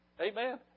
Amen